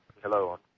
Hello